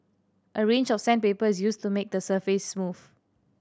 a range of sandpaper is used to make the surface smooth